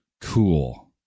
cool